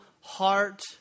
heart